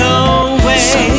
away